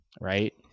right